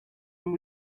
will